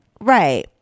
right